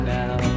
now